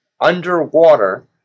Underwater